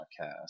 podcast